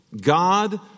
God